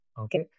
okay